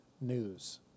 news